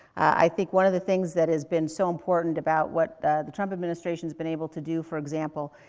i think one of the things that has been so important about what the the trump administration has been able to do, for example,